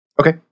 Okay